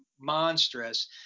monstrous